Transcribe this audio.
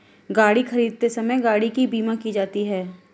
गाड़ी खरीदते समय गाड़ी की बीमा की जाती है